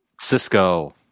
Cisco